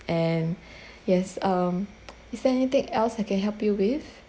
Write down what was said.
and yes um is there anything else I can help you with